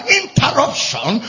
interruption